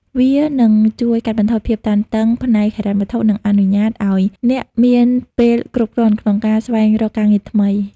វានឹងជួយកាត់បន្ថយភាពតានតឹងផ្នែកហិរញ្ញវត្ថុ និងអនុញ្ញាតឲ្យអ្នកមានពេលគ្រប់គ្រាន់ក្នុងការស្វែងរកការងារថ្មី។